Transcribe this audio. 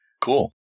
Cool